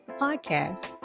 podcast